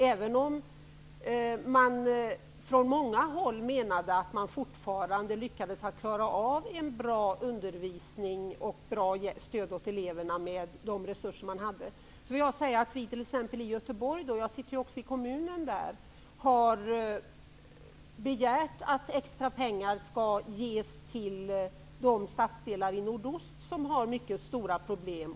Även om man från många håll menade att man fortfarande lyckades klara av en bra undervisning och bra stöd åt eleverna med de resurser man hade vill jag nämna att vi i Göteborg -- jag sitter också i kommunfullmäktige där -- har begärt att extra pengar skall ges till de stadsdelar i nordost som har mycket stora problem.